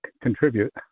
contribute